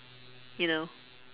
you know